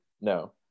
No